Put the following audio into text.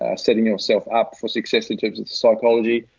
ah setting yourself up for success in terms of psychology.